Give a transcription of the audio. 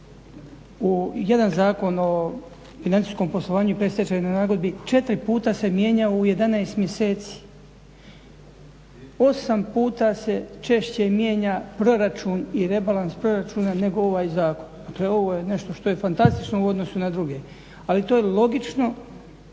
jedan Zakon o financijskom poslovanju i predstečajnoj nagodbi 4 puta se mijenjao u 11 mjeseci, 8 puta se češće mijenja proračun i rebalans proračuna nego ovaj zakon. Dakle, ovo je nešto što je fantastično u odnosu na druge. Ali to je logično